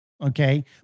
Okay